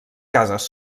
cases